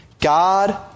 God